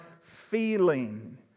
feeling